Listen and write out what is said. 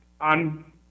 on